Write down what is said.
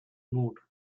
moved